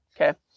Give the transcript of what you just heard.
Okay